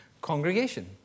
congregation